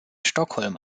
stockholm